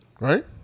right